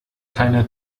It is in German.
keine